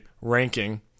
ranking